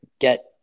get